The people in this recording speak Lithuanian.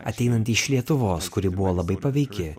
ateinanti iš lietuvos kuri buvo labai paveiki